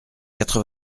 quatre